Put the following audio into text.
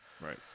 Right